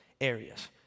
areas